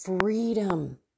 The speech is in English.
freedom